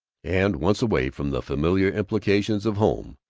and, once away from the familiar implications of home,